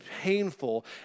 painful